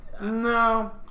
No